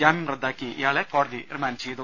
ജാമ്യം റദ്ദാക്കി ഇയാളെ കോടതി റിമാന്റ് ചെയ്തു